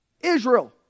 Israel